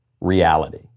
reality